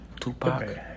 Tupac